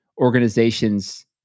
organizations